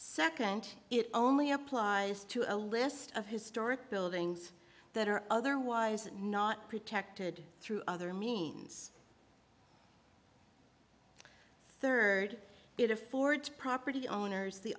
second it only applies to a list of historic buildings that are otherwise not protected through other means third it affords property owners the